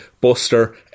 Buster